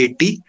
80